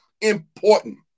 important